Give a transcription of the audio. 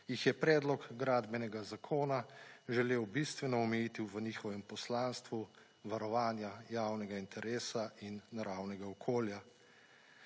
jih je predlog gradbenega zakona želel bistveno omejiti v njihovem poslanstvu varovanja javnega interesa in naravnega okolja.